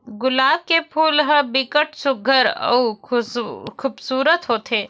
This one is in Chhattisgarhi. गुलाब के फूल ह बिकट सुग्घर अउ खुबसूरत होथे